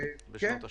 בשנות ה-80'.